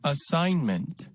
Assignment